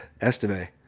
estimate